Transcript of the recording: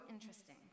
interesting